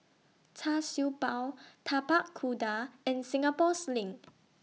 Char Siew Bao Tapak Kuda and Singapore Sling